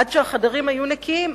עד שהחדרים היו נקיים,